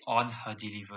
on her delivery